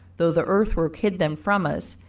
though the earthwork hid them from us,